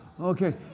Okay